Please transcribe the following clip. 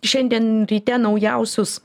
šiandien ryte naujausius